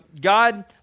God